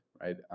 right